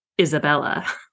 Isabella